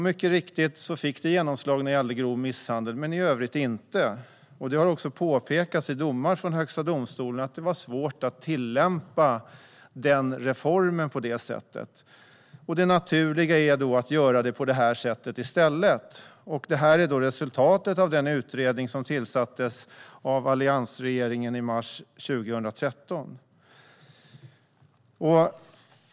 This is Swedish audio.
Mycket riktigt fick det genomslag när det gällde grov misshandel men i övrigt inte. Det har också påpekats i domar från Högsta domstolen att det var svårt att tillämpa reformen på det sättet. Det naturliga är då att göra det på detta sätt i stället. Det här är resultatet av den utredning som tillsattes av alliansregeringen i mars 2013.